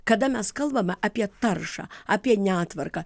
kada mes kalbame apie taršą apie netvarką